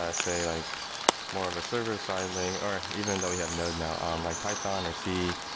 ah say like more of a server-side lane, or even though we have node now um like python or c,